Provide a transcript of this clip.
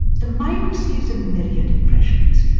the mind receives a myriad impressions.